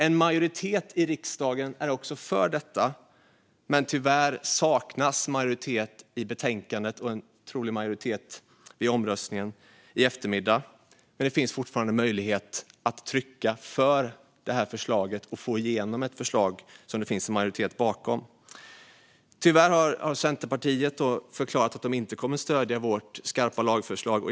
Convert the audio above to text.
En majoritet i riksdagen är också för detta, men tyvärr saknas majoritet i betänkandet och troligen även majoritet vid omröstningen i eftermiddag. Men det finns fortfarande möjlighet att trycka ja till förslaget och få igenom ett förslag som det finns en majoritet bakom. Tyvärr har Centerpartiet förklarat att de inte kommer att stödja vårt skarpa lagförslag.